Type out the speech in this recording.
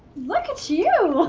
look at you!